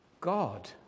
God